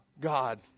God